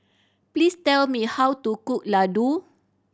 please tell me how to cook Ladoo